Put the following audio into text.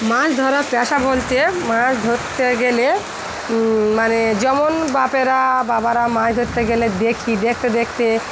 মাছ ধরার পেশা বলতে মাছ ধরতে গেলে মানে যেমন বাপেরা বাবারা মাছ ধরতে গেলে দেখি দেখতে দেখতে